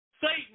Satan